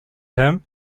him